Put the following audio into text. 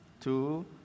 two